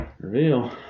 Reveal